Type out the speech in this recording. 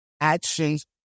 Actions